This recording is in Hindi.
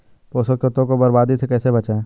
पोषक तत्वों को बर्बादी से कैसे बचाएं?